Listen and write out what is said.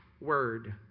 word